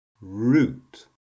root